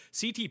CT